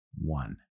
One